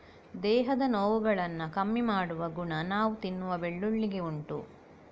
ದೇಹದ ನೋವುಗಳನ್ನ ಕಮ್ಮಿ ಮಾಡುವ ಗುಣ ನಾವು ತಿನ್ನುವ ಬೆಳ್ಳುಳ್ಳಿಗೆ ಉಂಟು